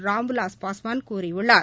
ராம்விலாஸ் பாஸ்வான் கூறியுள்ளார்